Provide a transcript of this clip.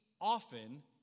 often